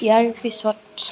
ইয়াৰ পিছত